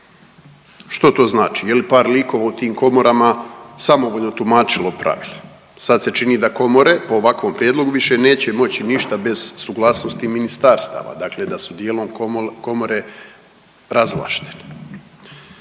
Što to znači? Je li par likova u tim komorama samovoljno tumačilo pravila? Sad se čini da komore po ovakvom prijedlogu više neće moći ništa bez suglasnosti ministarstava, dakle da su dijelom komore razvlaštene.